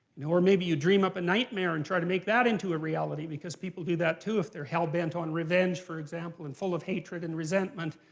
you know or maybe you dream up a nightmare and try to make that into a reality because people do that too, if they're hellbent on revenge, for example, and full of hatred and resentment.